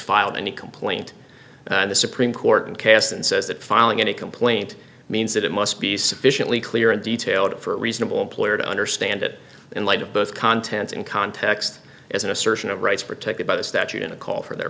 filed any complaint in the supreme court and casts and says that filing a complaint means that it must be sufficiently clear and detailed for a reasonable employer to understand it in light of both content and context as an assertion of rights protected by the statute in a call for their